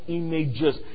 images